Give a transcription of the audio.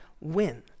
win